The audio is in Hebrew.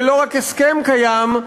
ולא רק הסכם קיים,